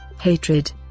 hatred